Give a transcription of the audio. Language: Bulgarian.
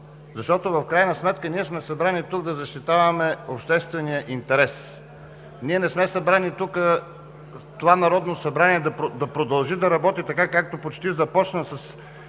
защото в крайна сметка сме събрани тук да защитаваме обществения интерес. Ние не сме събрани тук това Народно събрание да продължи да работи така, както почти започна –